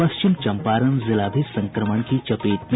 पश्चिम चंपारण जिला भी संक्रमण की चपेट में